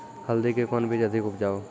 हल्दी के कौन बीज अधिक उपजाऊ?